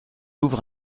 ouvre